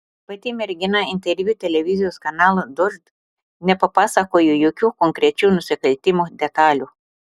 pati mergina interviu televizijos kanalui dožd nepapasakojo jokių konkrečių nusikaltimo detalių